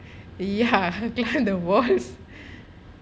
ya ya the walls